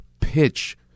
pitch